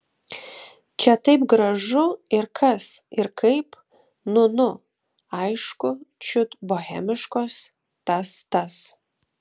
čia taip gražu ir kas ir kaip nu nu aišku čiut bohemiškos tas tas